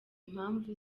impamvu